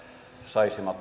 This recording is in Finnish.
saisi